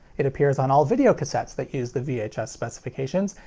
it appears on all videocassettes that use the vhs specifications,